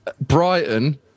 Brighton